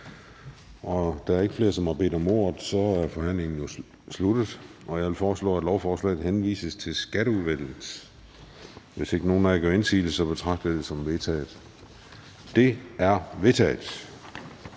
Og da der ikke er flere, der har bedt om ordet, er forhandlingen sluttet. Jeg foreslår, at lovforslaget henvises til Skatteudvalget. Hvis ingen gør indsigelse, betragter jeg det som vedtaget. Det er vedtaget.